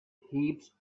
heaps